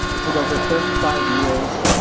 it took over thirty five years,